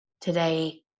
today